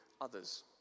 others